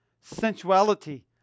sensuality